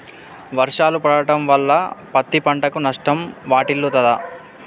వర్షాలు పడటం వల్ల పత్తి పంటకు నష్టం వాటిల్లుతదా?